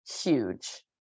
huge